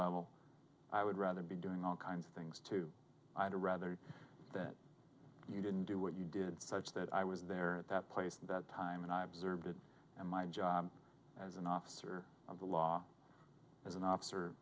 level i would rather be doing all kinds of things to i'd rather that you didn't do what you did such that i was there at that place that time and i observed it and my job as an officer of the law as an officer